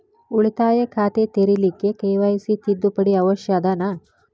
ಉಳಿತಾಯ ಖಾತೆ ತೆರಿಲಿಕ್ಕೆ ಕೆ.ವೈ.ಸಿ ತಿದ್ದುಪಡಿ ಅವಶ್ಯ ಅದನಾ?